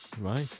Right